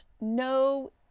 no